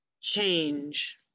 change